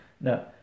No